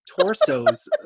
torsos